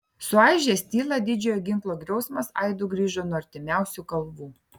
suaižęs tylą didžiojo ginklo griausmas aidu grįžo nuo artimiausių kalvų